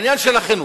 העניין של החינוך.